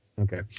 Okay